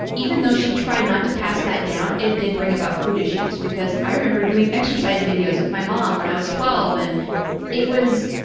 even though she tried not to pass that down, it did bring about food issues, because i remember doing exercise videos with my mom when i was twelve and it was,